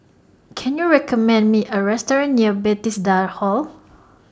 Can YOU recommend Me A Restaurant near Bethesda Hall